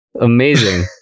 amazing